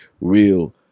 real